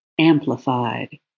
amplified